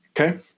Okay